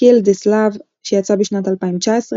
"Kill This Love" שיצא בשנת 2019,